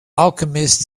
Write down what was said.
alchemist